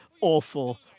awful